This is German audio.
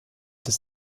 des